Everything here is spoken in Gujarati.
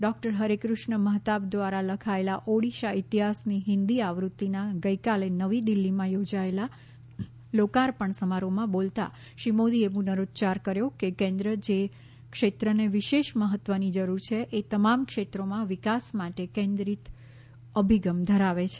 ડોક્ટર હરેઠૃષ્ણ મહતાબ દ્વારા લખાયેલ ઓડિશા ઇતિહાસ ની હિન્દી આવૃત્તિના ગઈકાલે નવી દિલ્ફીમાં યોજાએલા લોકાર્પણ સમારોહમાં બોલતાં શ્રી મોદીએ પુનરોચ્યાર કર્યો કે કેન્દ્ર જે ક્ષેત્રને વિશેષ મહત્વની જરૂર છે એ તમામ ક્ષેત્રોમાં વિકાસ માટે કેન્દ્રિત અભિગમ ધરાવે છે